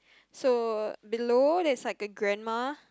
so below there's like a grandma